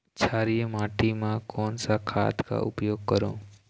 क्षारीय माटी मा कोन सा खाद का उपयोग करों?